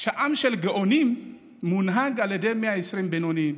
שעם של גאונים מונהג על ידי 120 בינוניים.